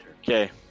Okay